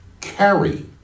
carry